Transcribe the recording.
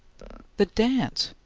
the dance.